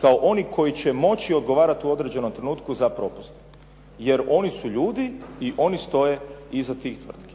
kao oni koji će moći odgovarati u određenom trenutku za propuste. Jer oni su ljudi i oni stoje iza tih tvrtki.